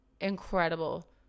incredible